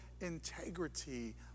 integrity